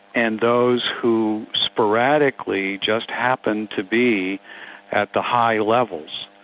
and those who sporadically just happen to be at the high levels,